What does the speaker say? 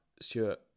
Stewart